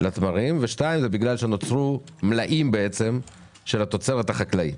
ובגלל שנוצרו מלאים של התוצרת החקלאית.